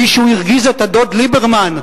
מישהו הרגיז את הדוד ליברמן,